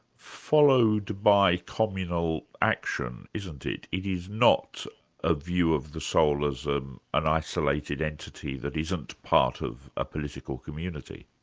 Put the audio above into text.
followed by communal action, isn't it? it is not a view of the soul as ah an isolated entity that isn't part of a political community.